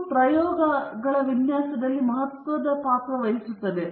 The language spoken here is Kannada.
ಇದು ಪ್ರಯೋಗಗಳ ವಿನ್ಯಾಸದಲ್ಲಿ ಮಹತ್ವದ ಪಾತ್ರ ವಹಿಸುತ್ತದೆ